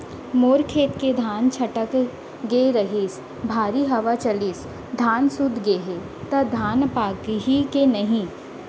मोर खेत के धान छटक गे रहीस, भारी हवा चलिस, धान सूत गे हे, त धान पाकही के नहीं?